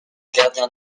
gardien